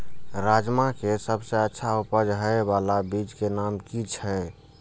राजमा के सबसे अच्छा उपज हे वाला बीज के नाम की छे?